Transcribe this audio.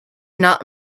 not